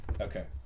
Okay